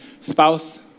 spouse